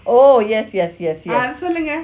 oh yes yes yes yes